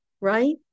right